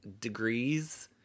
degrees